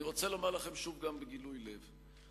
אני רוצה לומר לכם שוב, גם בגילוי לב.